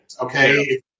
Okay